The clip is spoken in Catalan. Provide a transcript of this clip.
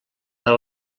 per